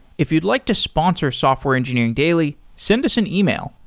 if you'd like to sponsor software engineering daily, send us an ah e-mail,